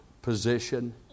position